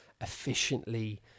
efficiently